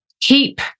keep